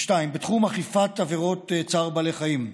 בתחום אכיפת עבירות צער בעלי חיים,